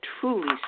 truly